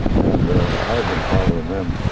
and i had been following them